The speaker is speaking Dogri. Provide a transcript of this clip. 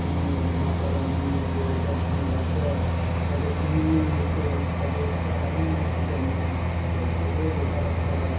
अपने माता रानी दे दर्शनें बास्तै जदें तिन्न म्हीने च कदें चार म्हीनें च जन्ने आं ते ओह् जेह्ड़ा साढ़ा